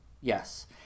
Yes